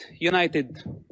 united